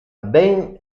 ben